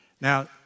Now